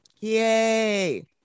Yay